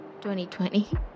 2020